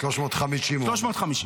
350 הוא אמר.